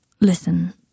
Listen